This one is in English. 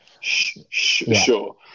Sure